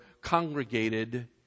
congregated